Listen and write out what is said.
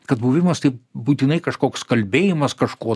kad buvimas tai būtinai kažkoks kalbėjimas kažko